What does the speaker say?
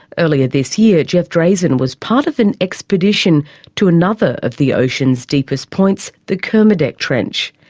earlier this year, jeff drazen was part of an expedition to another of the ocean's deepest points, the kermadec trench.